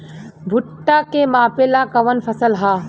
भूट्टा के मापे ला कवन फसल ह?